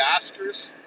Oscars